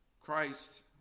Christ